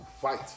fight